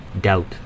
doubt